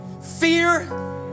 fear